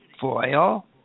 foil